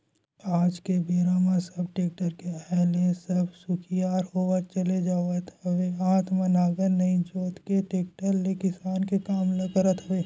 आज के बेरा म सब टेक्टर के आय ले अब सुखियार होवत चले जावत हवय हात म नांगर नइ जोंत के टेक्टर ले किसानी के काम ल करत हवय